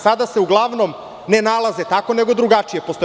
Sada se uglavnom ne nalaze tako, nego drugačije postoje.